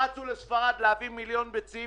רצו לספרד להביא מיליון ביצים